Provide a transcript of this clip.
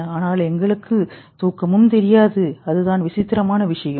ஆனால் எங்களுக்கு தூக்கமும் தெரியாது அதுதான் விசித்திரமான விஷயம்